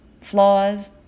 flaws